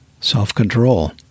Self-control